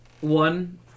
one